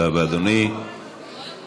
כל הכבוד.